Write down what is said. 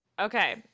okay